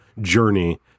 journey